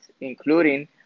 including